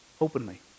Openly